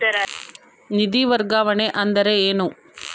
ನಿಧಿ ವರ್ಗಾವಣೆ ಅಂದರೆ ಏನು?